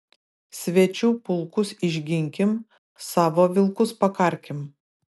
svečių pulkus išginkim savo vilkus pakarkim